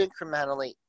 incrementally